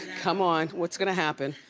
come on, what's gonna happen?